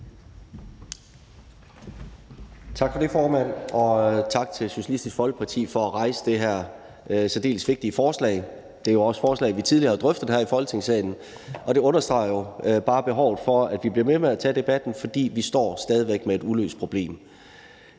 Tak for det, formand, og tak til Socialistisk Folkeparti for at fremsætte det her særdeles vigtige forslag. Det er jo også et forslag, som vi tidligere har drøftet her i Folketingssalen, og det understreger jo bare behovet for, at vi bliver ved med at tage debatten, fordi vi stadig væk står med et uløst problem.